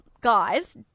guys